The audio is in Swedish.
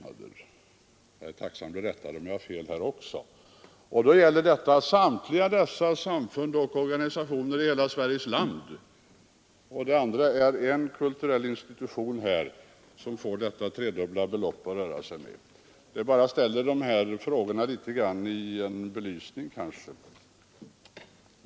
Jag är tacksam för att bli rättad här också, om jag har fel. Här gäller det då å ena sidan samtliga organisationer och samfund i hela Sveriges land och å andra sidan en enda kulturell institution som får tredubbla beloppet att röra sig med. Detta kanske bara ställer frågorna om vad det gäller under belysning.